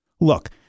Look